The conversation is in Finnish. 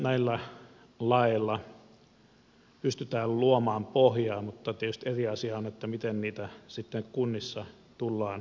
näillä laeilla pystytään luomaan pohjaa mutta tietysti eri asia on miten niitä sitten kunnissa tullaan soveltamaan